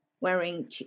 wearing